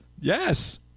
Yes